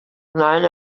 night